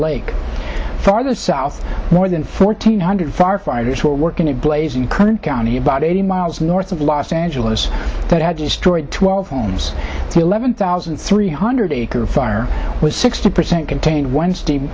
lake farther south more than fourteen hundred firefighters who work in a blaze in kern county about eighty miles north of los angeles that had destroyed twelve homes eleven thousand three hundred acre fire was sixty percent contained wednesday